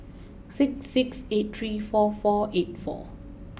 six six eight three four four eight four